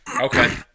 Okay